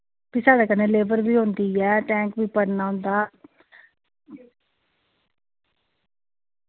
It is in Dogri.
फ्ही साढ़े कन्नै लेबर बी होंदी ऐ टैंक बी भरना होंदा